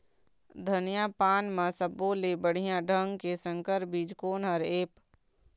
धनिया पान म सब्बो ले बढ़िया ढंग के संकर बीज कोन हर ऐप?